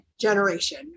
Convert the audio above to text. generation